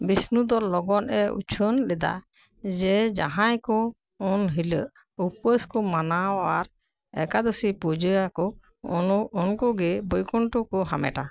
ᱵᱤᱥᱱᱩ ᱫᱚ ᱞᱚᱜᱚᱱ ᱮ ᱩᱪᱷᱟᱹᱱ ᱞᱮᱫᱟ ᱡᱮ ᱡᱟᱦᱟᱸᱭ ᱠᱚ ᱩᱱ ᱦᱤᱞᱳᱜ ᱩᱯᱟᱹᱥ ᱠᱚ ᱢᱟᱱᱟᱣᱟ ᱟᱨ ᱮᱠᱟᱫᱚᱥᱤ ᱯᱩᱡᱟᱹᱭᱟᱠᱚ ᱟᱨ ᱩᱱᱩ ᱩᱱᱠᱩ ᱜᱮ ᱵᱳᱭᱠᱩᱱᱴᱷᱚ ᱠᱚ ᱦᱟᱢᱮᱴᱟ